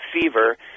fever